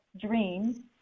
Dreams